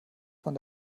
von